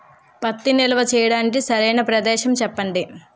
పత్తి నిల్వ చేయటానికి సరైన ప్రదేశం చెప్పండి?